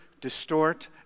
distort